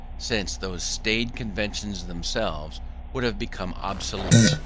since those staid conventions themselves would have become obsolete.